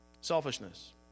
Selfishness